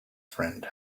friend